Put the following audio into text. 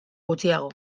gutxiago